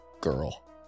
girl